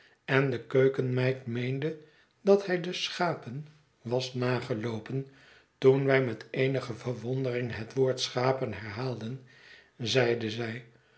en de keukenmeid meende dat hij de schapen was nageloopen toen wij met eenige verwondering het woord schapen herhaalden zeide zij